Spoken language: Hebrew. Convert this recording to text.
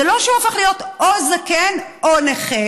זה לא שהוא הופך להיות או זקן או נכה,